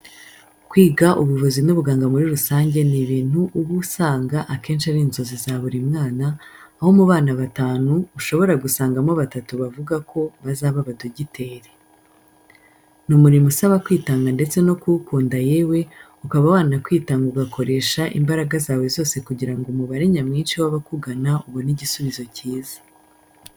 Kwiga ubuvuzi n'ubuganga muri rusange ni bintu uba usanga akenshi ari inzozi za buri mwana, aho mu bana batanu ushobora gusangamo batatu bavuga ko bazaba abadogiteri. Ni umurimo usaba kwitanga ndetse no kuwukunda yewe ukaba wanakwitanga ugakoresha imbaraga zawe zose kugira ngo umubare nyamwinshi wabakugana ubone igisubizo cyiza.